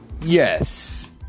Yes